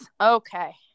okay